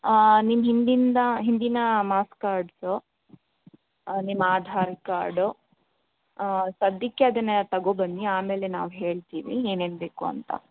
ನಿಮ್ಮ ಹಿಂದಿಂದು ಹಿಂದಿನ ಮಾರ್ಕ್ಸ್ ಕಾರ್ಡ್ಸು ನಿಮ್ಮ ಆಧಾರ್ ಕಾರ್ಡ್ ಸದ್ಯಕ್ಕೆ ಅದನ್ನ ತೊಗೊ ಬನ್ನಿ ಆಮೇಲೆ ನಾವು ಹೇಳ್ತೀವಿ ಏನೇನು ಬೇಕು ಅಂತ